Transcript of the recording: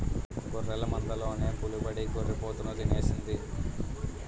గొర్రెల మందలోన పులిబడి గొర్రి పోతుని తినేసింది